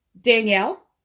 Danielle